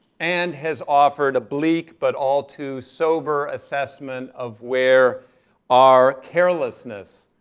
and has offered a bleak but all too sober assessment of where our carelessness,